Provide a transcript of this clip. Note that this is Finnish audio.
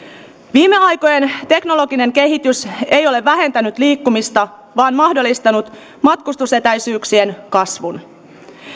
viimeaikojen teknologinen kehitys ei ole vähentänyt liikkumista vaan mahdollistanut matkustusetäisyyksien kasvun